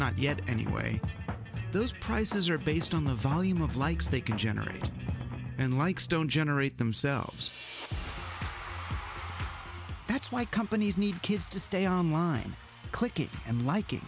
not yet anyway those prices are based on the volume of likes they can generate and likes don't generate themselves that's why companies need kids to stay online click it and like it